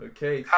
Okay